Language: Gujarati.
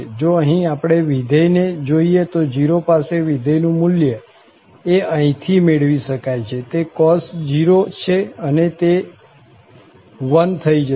જો અહીં આપણે વિધેય ને જોઈએ તો 0 પાસે વિધેયનું મુલ્ય એ અહીં થી મેળવી શકાય છે તે cos 0 છે અને તે 1 થઇ જશે